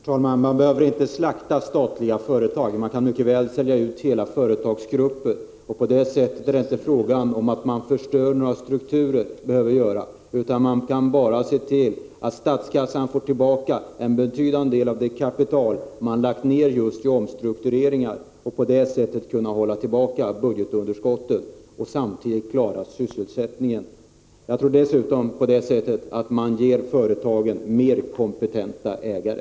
Herr talman! Man bör inte slakta statliga företag. Men man kan mycket väl sälja ut en hel företagsgrupp. Då behöver man inte förstöra strukturen. Det gäller bara att se till att statskassan får tillbaka en betydande del av det kapital som man har lagt ned på just omstruktureringar, i syfte att hålla nere budgetunderskottet och att samtidigt klara sysselsättningen. Jag tror att företagen på det sättet får mer kompetenta ägare.